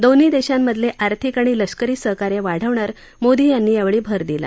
दोन्ही देशांमधले आर्थिक आणि लष्करी सहकार्य वाढवण्यावर मोदी यांनी यावेळी भर दिला